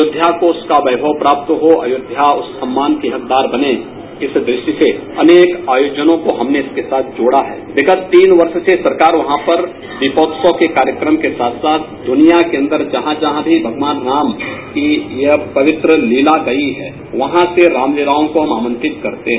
अयोध्या को उसका वैभव प्राप्त हो अयोध्या उस सम्मान की हकदार बने इस दृष्टि से अनेक आयोजनों को हमने इसके साथ जोड़ा हैं विगत तीन वर्ष सरकार वहां पर दीपोत्सव के कार्यक्रम के साथ साथ दुनिया के अन्दर जहां जहां भी भगवान राम की यह पवित्र लीला गई है वहां से राम लीलाओं को हम आमंत्रित करते हैं